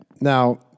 Now